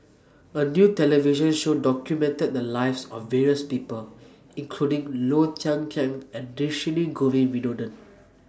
A New television Show documented The Lives of various People including Low Thia Khiang and Dhershini Govin Winodan